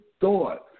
thought